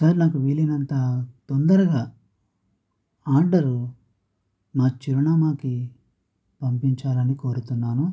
sir నాకు వీలైనంత తొందరగా ఆర్డరు మా చిరునామాకి పంపించాలని కోరుతున్నాను